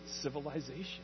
civilization